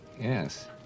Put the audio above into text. Yes